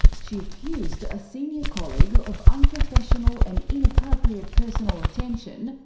she accused a senior colleague of unprofessional and inappropriate personal attention,